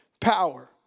power